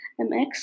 MX